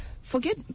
Forget